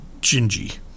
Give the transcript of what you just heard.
Gingy